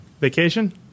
Vacation